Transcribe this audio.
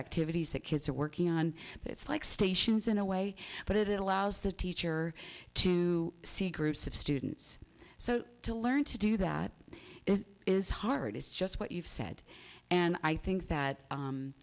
activities that kids are working on but it's like stations in a way but it allows the teacher to see groups of students so to learn to do that is is hard is just what you've said and i think that